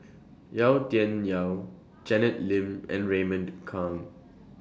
Yau Tian Yau Janet Lim and Raymond Kang